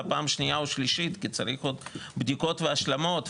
לפגישה שנייה או שלישית כי צריך עוד בדיקות והשלמות,